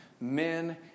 Men